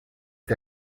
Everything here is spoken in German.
der